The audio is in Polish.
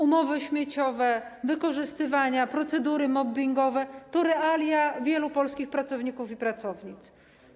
Umowy śmieciowe, wykorzystywanie, procedury mobbingowe - to realia wielu polskich pracowników i pracownic.